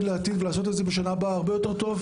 לעתיד ולעשות את זה בשנה הבאה הרבה יותר טוב.